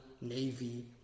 Navy